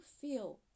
feel